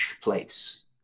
place